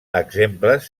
exemples